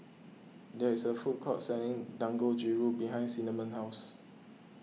there is a food court selling Dangojiru behind Cinnamon's house